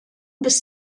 bis